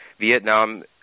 Vietnam